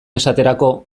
esaterako